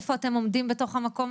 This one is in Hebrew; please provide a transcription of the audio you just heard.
איפה אתם עומדים במקום הזה?